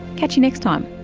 catch you text time